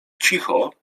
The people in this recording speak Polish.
cicho